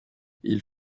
ils